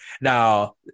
Now